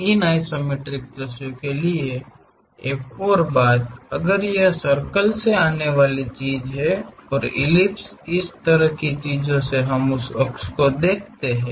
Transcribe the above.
इन isometric दृश्यों के लिए एक और बात अगर यह सर्कल से आने वाली चीज है और इलिप्स इस तरह की चीज है जिसमे हम उस अक्ष को दिखाते हैं